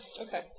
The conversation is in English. Okay